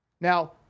Now